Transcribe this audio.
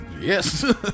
Yes